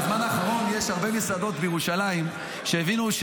בזמן האחרון יש הרבה מסעדות בירושלים שהבינו,